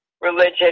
religion